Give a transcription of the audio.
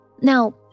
Now